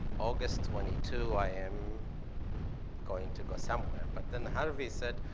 august twenty two, i am going to go somewhere. but then harvey said,